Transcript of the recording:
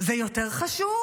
זה יותר חשוב.